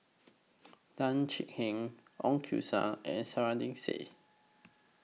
Tan Thuan Heng Ong and Said